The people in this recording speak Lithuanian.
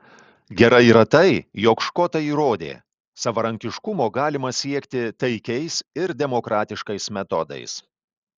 gerai yra tai jog škotai įrodė savarankiškumo galima siekti taikiais ir demokratiškais metodais